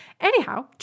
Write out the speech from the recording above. Anyhow